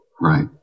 right